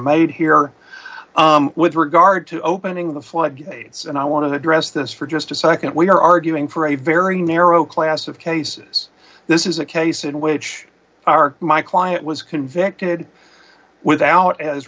made here with regard to opening the floodgates and i want to address this for just a nd we are arguing for a very narrow class of cases this is a case in which our my client was convicted without as